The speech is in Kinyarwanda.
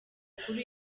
kuri